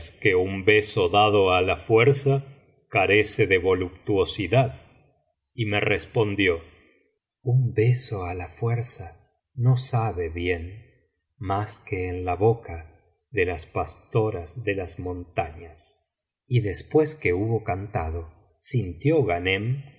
que un beso dado á la fuerza carece de voluptuosidad y me respondió un beso á la fuerza no sabe bien mas que en la boca de las pastoras de las montañas y después que hubo cantado sintió ghanem que